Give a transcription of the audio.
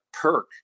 perk